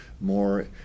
more